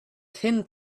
tin